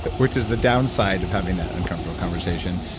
which is the downside of having that uncomfortable conversation,